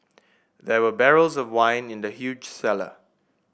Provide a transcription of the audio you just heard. there were barrels of wine in the huge cellar